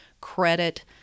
credit